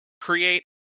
create